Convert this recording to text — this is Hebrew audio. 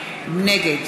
נגד